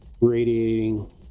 radiating